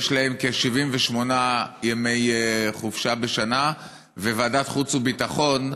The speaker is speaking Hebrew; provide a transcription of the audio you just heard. יש להם כ-78 ימי חופשה בשנה, וועדת החוץ והביטחון,